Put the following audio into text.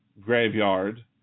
graveyard